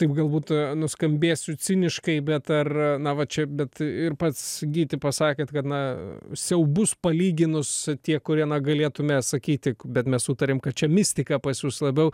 taip galbūt nuskambėsiu ciniškai bet ar na va čia bet ir pats gyti pasakėt kad na siaubus palyginus tie kurie na galėtume sakyti bet mes sutarėm kad čia mistika pas jus labiau